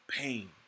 pain